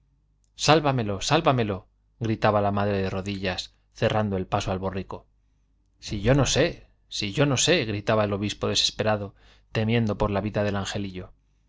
sálvamelo sálvamelo gritaba la madre de rodillas cerrando el paso al borrico si yo no sé si yo no sé gritaba el obispo desesperado temiendo por la vida del angelillo